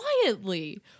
quietly